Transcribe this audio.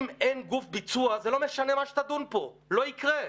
אם אין גוף ביצוע זה לא משנה מה תדון פה, לא יקרה.